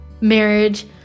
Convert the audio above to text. marriage